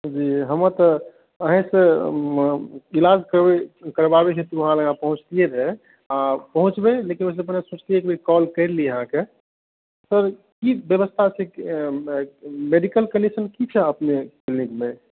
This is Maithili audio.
जी हमर तऽ अहीँ से मतलब इलाज करवावै लेल पहुँचतियै रहै पहुँचबै लेकिन ओहिसँ पहिने सोचलियै कॉल कर ली अहाँकेँ सर की व्यवस्था छै मेडिकलके लेल की व्यवस्था यऽ अपनेके क्लिनिकमे